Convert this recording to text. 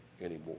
anymore